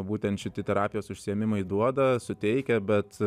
būtent šiti terapijos užsiėmimai duoda suteikia bet